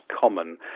common